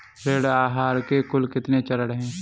ऋण आहार के कुल कितने चरण हैं?